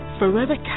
forever